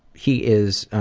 he is, ah,